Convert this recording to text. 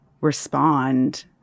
respond